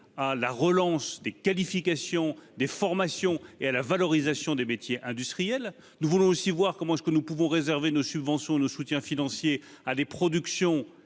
à la relance des qualifications, des formations et à la valorisation des métiers industriels. Nous voulons également réfléchir à la manière de réserver nos subventions et nos soutiens financiers à des productions